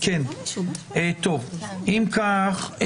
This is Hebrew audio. אם כך,